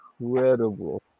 incredible